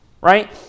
right